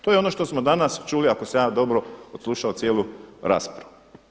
To je ono što smo danas čuli ako sam ja dobro odslušao cijelu raspravu.